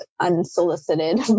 unsolicited